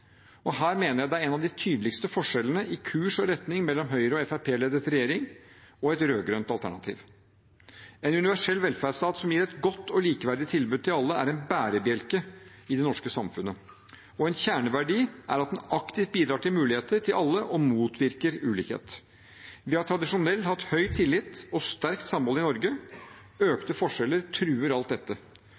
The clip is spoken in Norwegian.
ha. Her mener jeg det er en av de tydeligste forskjellene i kurs og retning mellom en Høyre- og Fremskrittsparti-ledet regjering og et rød-grønt alternativ. En universell velferdsstat som gir et godt og likeverdig tilbud til alle, er en bærebjelke i det norske samfunnet. En kjerneverdi er at den aktivt bidrar til muligheter til alle og motvirker ulikhet. Vi har tradisjonelt hatt høy tillit og sterkt samhold i Norge. Økte forskjeller truer alt dette.